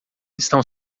estão